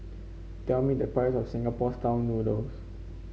tell me the price of Singapore style noodles